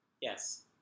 Yes